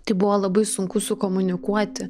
tai buvo labai sunku sukomunikuoti